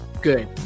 good